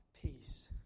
Peace